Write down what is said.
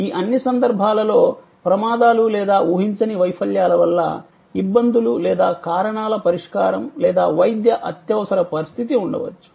ఈ అన్ని సందర్భాల్లో ప్రమాదాలు లేదా ఊహించని వైఫల్యాల వల్ల ఇబ్బందులు లేదా కారణాల పరిష్కారం లేదా వైద్య అత్యవసర పరిస్థితి ఉండవచ్చు